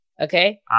okay